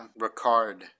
Ricard